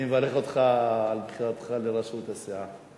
אני מברך אותך על בחירתך לראשות הסיעה.